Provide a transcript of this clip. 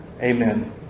Amen